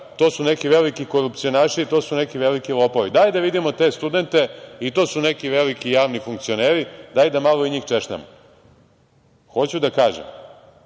to su neki veliki korupcionaši, to su neki veliki lopovi. Daj da vidimo te studente, i to su neki veliki javni funkcioneri, daj da malo i njih češljamo. Hajde da